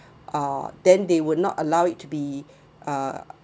oh then they would not allow it to be uh